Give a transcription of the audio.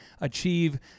achieve